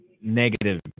negative